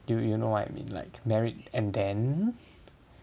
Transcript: do you know what I mean like married and then